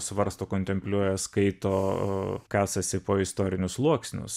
svarsto kontempliuoja skaito kasasi po istorinius sluoksnius